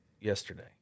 yesterday